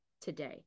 today